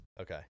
Okay